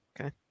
okay